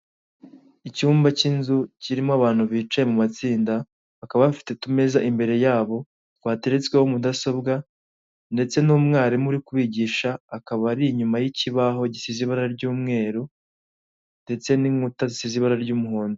Icyumba cy'inzu kirimo abantu bicaye mu matsinda, bakaba bafite utumeza imbere yabo, twateretsweho mudasobwa, ndetse n'umwarimu uri kubigisha akaba ari inyuma y'ikibaho gisize ibara ry'umweru, ndetse n'inkuta zisize ibara ry'umuhondo.